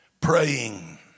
Praying